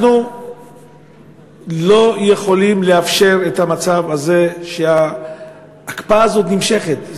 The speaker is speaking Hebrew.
אנחנו לא יכולים לאפשר את המצב הזה שההקפאה הזאת נמשכת.